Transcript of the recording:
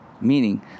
meaning